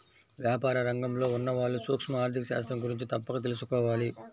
వ్యాపార రంగంలో ఉన్నవాళ్ళు సూక్ష్మ ఆర్ధిక శాస్త్రం గురించి తప్పక తెలుసుకోవాలి